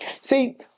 See